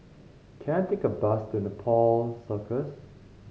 can I take a bus to Nepal Circus